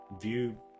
View